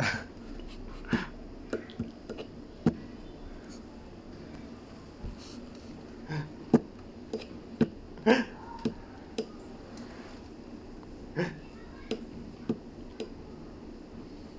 ya